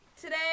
Today